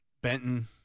Benton